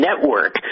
network